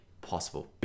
possible